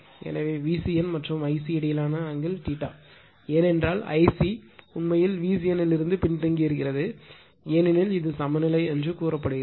எனவே VCN மற்றும் Ic இடையேயான ஆங்கிள் ஏனென்றால் Ic உண்மையில் VCN இதிலிருந்து பின்தங்கியிருக்கிறது ஏனெனில் இது சமநிலை என்று கூறப்படுகிறது